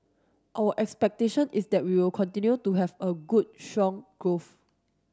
our expectation is that we'll continue to have good strong growth